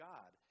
God